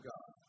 God